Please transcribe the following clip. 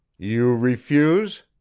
you refuse?